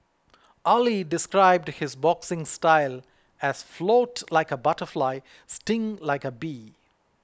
Auley described his boxing style as float like a butterfly sting like a bee